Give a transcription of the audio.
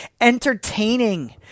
entertaining